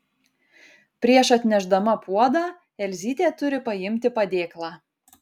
prieš atnešdama puodą elzytė turi paimti padėklą